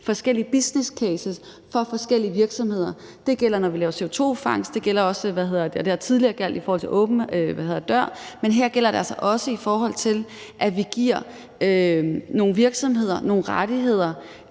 forskellige businesscases for forskellige virksomheder. Det gælder, når vi laver CO2-fangst, og det har tidligere gjaldt i forhold til åben dør-projekter, men her gælder det altså også i forhold til, at vi giver nogle virksomheder nogle rettigheder,